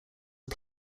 are